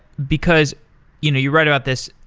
because you know you write about this.